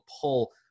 pull